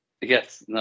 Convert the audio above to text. Yes